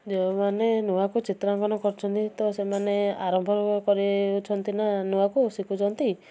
ଯେଉଁମାନେ ନୂଆକୁ ଚିତ୍ରାଙ୍କନ କରୁଛନ୍ତି ତ ସେମାନେ ଆରମ୍ଭ କରାଇଛନ୍ତି ନା ନୁଆକୁ ଶିଖୁଛନ୍ତି